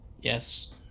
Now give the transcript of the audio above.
Yes